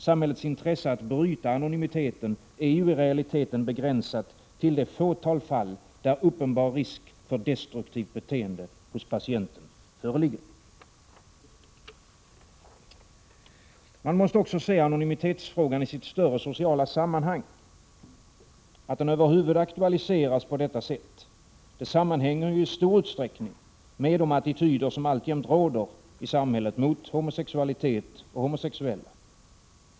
Samhällets intresse att bryta anonymiteten är ju i realiteten begränsat till det fåtal fall där uppenbar risk för destruktivt beteende hos patienten föreligger. Man måste också se anonymitetsfrågan i sitt större sociala sammanhang. Att den över huvud aktualiseras på detta sätt sammanhänger ju i stor utsträckning med de attityder som i samhället alltjämt råder mot homosexualitet och homosexuella.